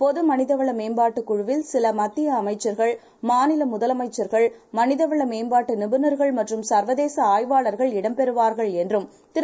பொதுமனிதவளமேம்பாட்டுக்குழுவில் சிலமத்தியஅமைச்சர்கள் மாநிலமுதலமைச்சர்கள் மனிதவளமேம்பாட்டுநிபுணர்கள்மற்றும்சர்வதேசஆய்வாளர்கள்இடம்பெறுவார்கள் என்றும்திரு